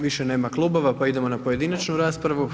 Više nema klubova, pa idemo na pojedinačnu raspravu.